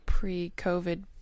Pre-COVID